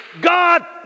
God